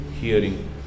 Hearing